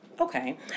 Okay